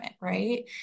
right